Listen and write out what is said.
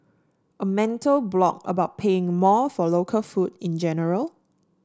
a mental block about paying more for local food in general